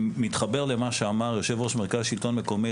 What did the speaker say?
מתחבר אל מה שאמר יושב-ראש מרכז השלטון המקומי,